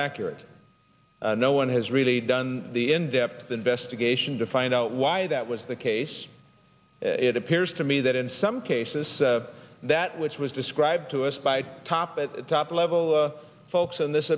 accurate no one has really done the in depth investigation to find out why that was the case it appears to me that in some cases that which was described to us by top at top level folks in this